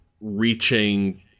reaching